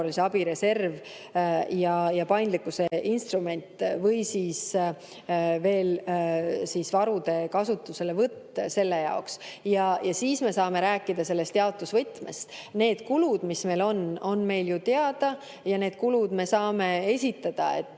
abi reserv ja paindlikkuse instrument või veel varude kasutuselevõtt selle jaoks. Ja siis me saame rääkida sellest jaotusvõtmest. Need kulud, mis meil on, on meil ju teada ja need kulud me saame esitada,